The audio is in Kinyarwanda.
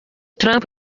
trump